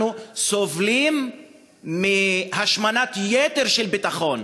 אנחנו סובלים מהשמנת יתר של ביטחון,